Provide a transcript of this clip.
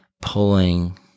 pulling